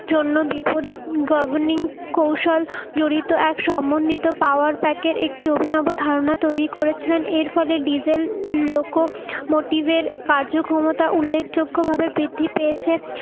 জন্য বিপরীত গভর্নিং কৌশল জড়িত এক সমন্বিত পাওয়ার প্যাকের একটি অভিনব ধারণা তৈরি করেছিলেন এর ফলে ডিজেল লোকোমোটিভের কার্যক্ষমতা উল্লেখযোগ্যভাবে বৃদ্ধি পেয়েছে